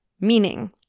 meaning